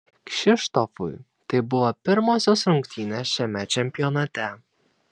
kšištofui tai buvo pirmosios rungtynės šiame čempionate